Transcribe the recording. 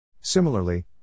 Similarly